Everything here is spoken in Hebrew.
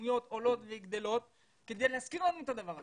המספרים עולים וגדלים - כדי להזכיר לנו את הדבר הזה.